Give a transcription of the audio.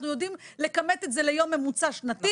אנחנו יודעים לכמת את זה ליום ממוצע שנתי